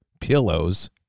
pillows